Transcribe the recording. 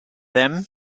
them